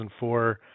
2004